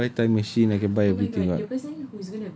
I can buy time machine I can buy everything [what]